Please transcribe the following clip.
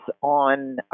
on